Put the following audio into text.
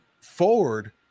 forward